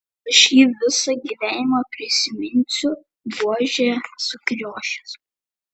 aš jį visą gyvenimą prisiminsiu buožė sukriošęs